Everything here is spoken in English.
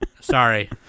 Sorry